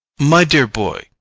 my dear boy,